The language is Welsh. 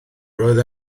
roedd